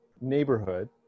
neighborhood